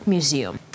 Museum